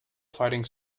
fighting